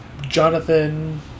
Jonathan